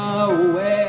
away